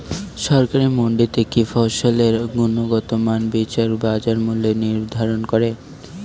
সরকারি মান্ডিতে কি ফসলের গুনগতমান বিচারে বাজার মূল্য নির্ধারণ করেন?